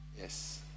Yes